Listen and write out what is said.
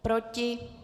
Proti?